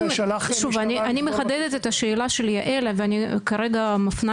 אני מחדדת את השאלה של יעל ואני כרגע מפנה